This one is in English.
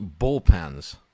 bullpens